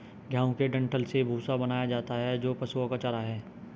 गेहूं के डंठल से भूसा बनाया जाता है जो पशुओं का चारा है